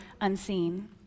unseen